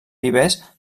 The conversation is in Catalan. vivers